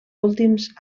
últims